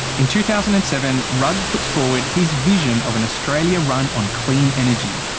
in two thousand and seven, rudd puts forward his vision of an australia run on clean energy.